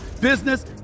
business